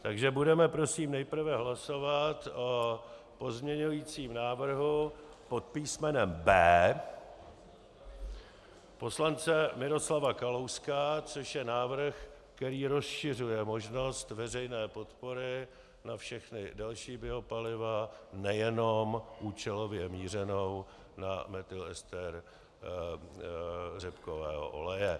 Takže budeme nejprve hlasovat o pozměňujícím návrhu pod písmenem B poslance Miroslava Kalouska, což je návrh, který rozšiřuje možnost veřejné podpory na všechna další biopaliva, nejenom účelově mířenou na metylester řepkového oleje.